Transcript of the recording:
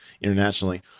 internationally